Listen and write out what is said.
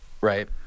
right